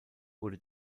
wurde